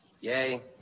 yay